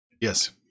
Yes